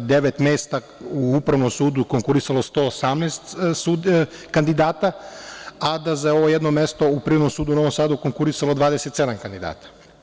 devet mesta u Upravnom sudu konkurisalo 118 kandidata, a da za jedno mesto u Privrednom sudu u Novom Sadu je konkurisalo 27 kandidata.